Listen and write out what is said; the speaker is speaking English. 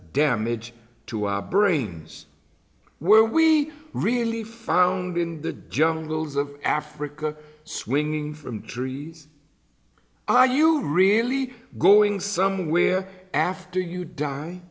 damage to our brains where we really found in the jungles of africa swinging from trees are you really going somewhere after you die